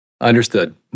Understood